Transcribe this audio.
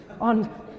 on